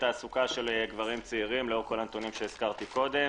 בתעסוקה של גברים צעירים לאור כל הנתונים שהוזכרו קודם.